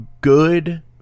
good